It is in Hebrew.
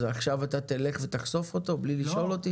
עכשיו אתה תלך ותחשוף אותו בלי לשאול אותי?